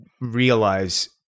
realize –